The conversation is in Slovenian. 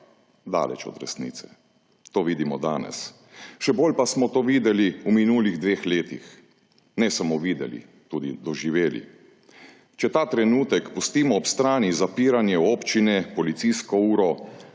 Daleč od resnice. To vidimo danes. Še bolj pa smo to videli v minulih dveh letih. Ne samo videli, tudi doživeli. Če ta trenutek pustimo ob strani zapiranje občine, policijsko uro,